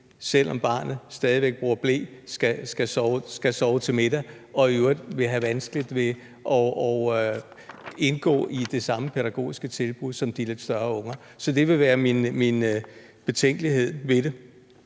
selv om barnet stadig væk bruger ble, skal sove til middag og i øvrigt vil have vanskeligt ved at indgå i det samme pædagogiske tilbud som de lidt større unger. Så det vil være min betænkelighed ved det.